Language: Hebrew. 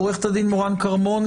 עורכת הדין מורן כרמון,